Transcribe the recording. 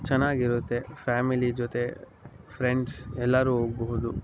ಚೆನ್ನಾಗಿರುತ್ತೆ ಫ್ಯಾಮಿಲಿ ಜೊತೆ ಫ್ರೆಂಡ್ಸ್ ಎಲ್ಲರೂ ಹೋಗ್ಬಹುದು